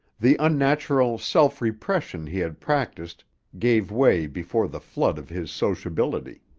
the unnatural self-repression he had practiced gave way before the flood of his sociability.